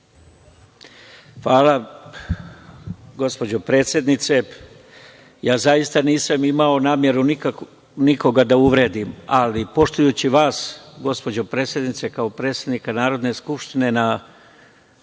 Hvala. Ja zaista nisam imao nameru nikoga da uvredim, ali poštujući vas, gospođo predsednice, kao predsednika Narodne skupštine,